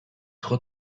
خود